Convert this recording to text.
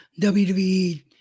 WWE